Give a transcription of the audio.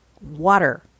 water